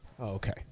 Okay